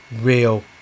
real